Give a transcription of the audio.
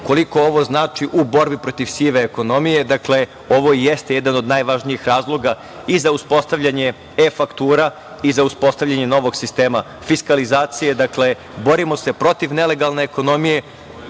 koliko ovo znači u borbi protiv sive ekonomije. Ovo jeste jedan od najvažnijih razloga i za uspostavljanje e-faktura i za uspostavljanje novog sistema fiskalizacije. Dakle, borimo se protiv nelegalne ekonomije.